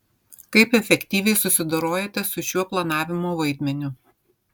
kaip efektyviai susidorojote su šiuo planavimo vaidmeniu